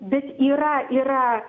bet yra yra